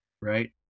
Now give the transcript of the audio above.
Right